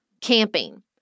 camping